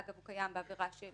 אגב, הוא קיים בעבירה של